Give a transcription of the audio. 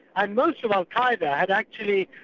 and most of al-qa'eda had actually,